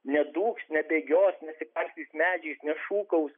nedūks nebėgios nesikarstys medžiais nešūkaus